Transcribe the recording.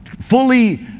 fully